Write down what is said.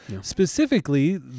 Specifically